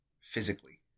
physically